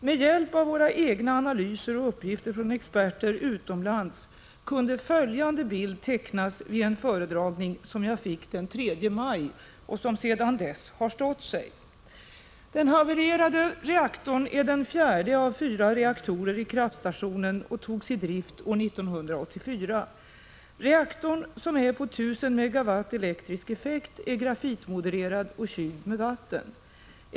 Med hjälp av våra egna analyser och uppgifter från experter utomlands kunde följande bild tecknas vid en föredragning som jag fick den 3 maj och som sedan dess har stått sig. Den havererade reaktorn är den fjärde av fyra reaktorer i kraftstationen och togs i drift år 1984. Reaktorn, som är på 1000 MW elektrisk effekt, är grafitmodererad och kyld med vatten.